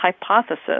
hypothesis